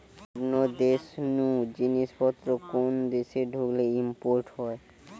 অন্য দেশ নু জিনিস পত্র কোন দেশে ঢুকলে ইম্পোর্ট হয়